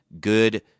good